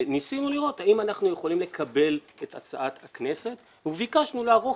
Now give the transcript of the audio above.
ניסינו לראות האם אנחנו יכולים לקבל את הצעת הכנסת וביקשנו לערוך